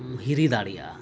ᱦᱤᱨᱤ ᱫᱟᱲᱮᱭᱟᱜᱼᱟ